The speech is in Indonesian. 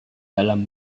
dalam